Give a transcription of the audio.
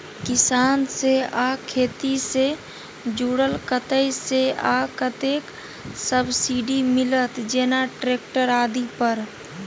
किसान से आ खेती से जुरल कतय से आ कतेक सबसिडी मिलत, जेना ट्रैक्टर आदि पर?